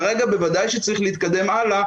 כרגע בוודאי שצריך להתקדם הלאה,